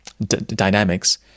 dynamics